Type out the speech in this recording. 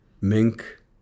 Mink